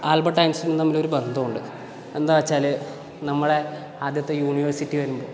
Albert ഐൻസ്റ്റീനും തമ്മിലൊരു ബന്ധമുണ്ട് എന്താ വച്ചാൽ നമ്മുടെ ആദ്യത്തെ യൂണിവേഴ്സിറ്റി വരുമ്പോൾ